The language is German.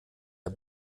der